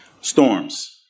Storms